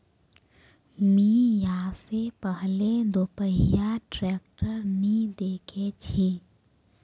मी या से पहले दोपहिया ट्रैक्टर नी देखे छी